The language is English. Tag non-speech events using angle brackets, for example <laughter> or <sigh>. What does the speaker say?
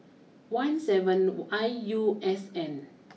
one seven <unintelligible> I U S N